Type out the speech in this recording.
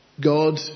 God